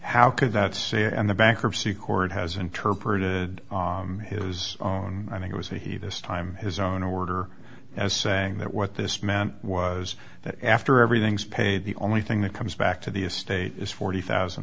how could that say and the bankruptcy court has interpreted his own i think it was he this time his own order as saying that what this meant was that after everything's paid the only thing that comes back to the estate is forty thousand